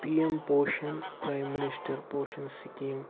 P M Poshan prime minister Poshan scheme